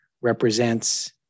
represents